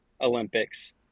Olympics